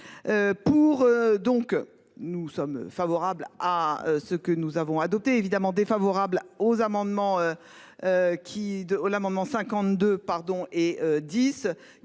nous sommes favorables à ce que nous avons adopté évidemment défavorable aux amendements.